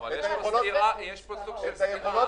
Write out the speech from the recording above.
אבל יש פה סוג של סתירה.